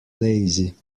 lazy